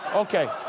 okay.